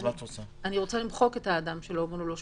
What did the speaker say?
אני רוצה למחוק אדם שלא מלאו לו 18,